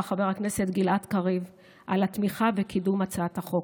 חבר הכנסת גלעד קריב על התמיכה וקידום הצעת החוק.